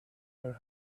were